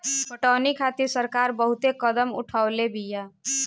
पटौनी खातिर सरकार बहुते कदम उठवले बिया